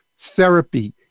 therapy